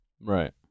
Right